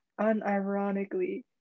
unironically